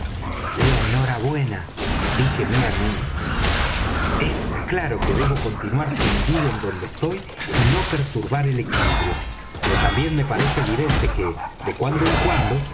hora buena díjeme á mí mismo es claro que debo continuar tendido en donde estoy y no perturbar el equilibrio pero también me parece evidente que de cuando en cuando